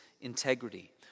integrity